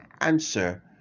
answer